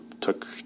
took